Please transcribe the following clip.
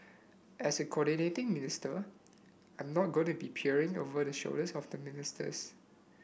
as a coordinating minister I'm not going to be peering over the shoulders of the ministers